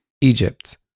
Egypt